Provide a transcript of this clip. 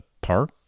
park